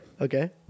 Okay